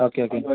okay okay